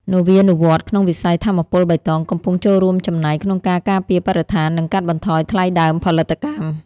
នវានុវត្តន៍ក្នុងវិស័យថាមពលបៃតងកំពុងចូលរួមចំណែកក្នុងការការពារបរិស្ថាន និងកាត់បន្ថយថ្លៃដើមផលិតកម្ម។